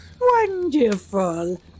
Wonderful